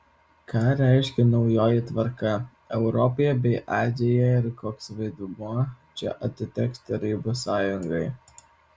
ką reiškia naujoji tvarka europoje bei azijoje ir koks vaidmuo čia atiteks tarybų sąjungai